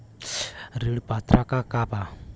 ऋण पात्रता का बा?